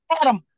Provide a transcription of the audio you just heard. Adam